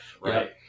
Right